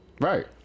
Right